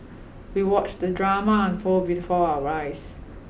we watched the drama unfold before our eyes